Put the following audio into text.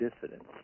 dissidents